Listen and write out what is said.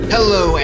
Hello